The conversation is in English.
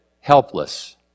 helpless